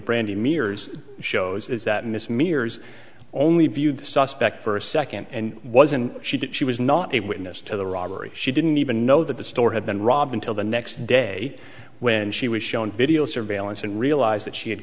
brandy mears shows is that miss meers only viewed the suspect for a second and wasn't she that she was not a witness to the robbery she didn't even know that the store had been robbed until the next day when she was shown video surveillance and realized that she had